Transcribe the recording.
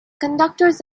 conductors